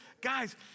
Guys